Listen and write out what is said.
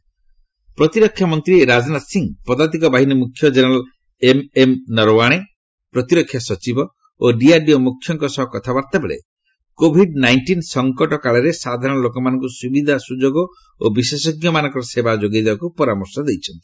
Rajnath Covid ପ୍ରତିରକ୍ଷା ମନ୍ତ୍ରୀ ରାଜନାଥ ସିଂହ ପଦାଧିକ ବାହିନୀ ମୁଖ୍ୟ ଜେନେରାଲ ଏମ୍ଏମ୍ ନରୱାଣେ ପ୍ରତିରକ୍ଷା ସଚିବ ଓ ଡିଆର୍ଡିଓ ମୁଖ୍ୟଙ୍କ ସହ କଥାବାର୍ତ୍ତା ବେଳେ କୋଭିଡ ନାଇଷ୍ଟିନ୍ ସଂକଟ କାଳରେ ସାଧାରଣ ଲୋକମାନଙ୍କୁ ସୁବିଧା ସୁଯୋଗ ଓ ବିଶେଷଜ୍ଞମାନଙ୍କର ସେବା ଯୋଗାଇଦେବାକୁ ପରାମର୍ଶ ଦେଇଛନ୍ତି